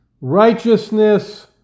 Righteousness